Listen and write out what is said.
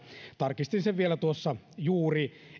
tarkistin sen vielä tuossa juuri